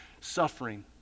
suffering